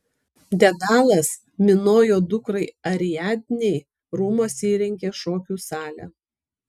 dedalas minojo dukrai ariadnei rūmuose įrengė šokių salę